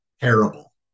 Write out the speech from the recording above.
terrible